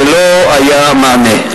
ולא היה מענה.